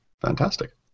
fantastic